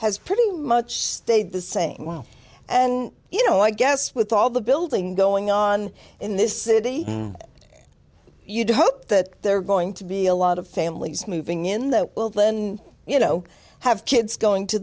has pretty much stayed the same well and you know i guess with all the building going on in this city you'd hope that they're going to be a lot of families moving in that well then you know have kids going to